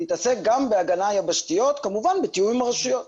תתעסק גם בהגנה היבשתית, כמובן בתיאום עם הרשויות.